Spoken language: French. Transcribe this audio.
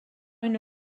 une